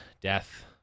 Death